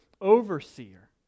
overseer